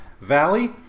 Valley